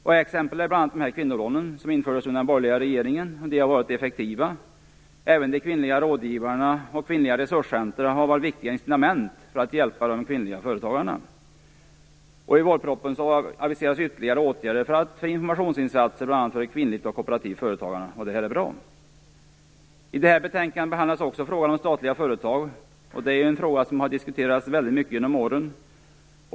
Ett exempel är kvinnolånen, som infördes under den borgerliga regeringen. De har varit effektiva. Även de kvinnliga rådgivarna och kvinnliga resurscentra har varit viktiga instrument för att hjälpa de kvinnliga företagarna. I vårpropositionen aviseras ytterligare åtgärder, bl.a. informationsinsatser, för de kvinnliga och kooperativa företagarna. Det är bra. I det här betänkandet behandlas vidare frågan om statliga företag. Det är en fråga som diskuterats väldigt mycket genom åren.